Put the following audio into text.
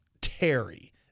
Terry